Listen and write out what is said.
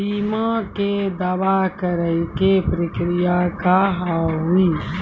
बीमा के दावा करे के प्रक्रिया का हाव हई?